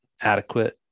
adequate